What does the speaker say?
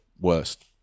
worst